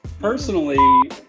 personally